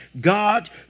God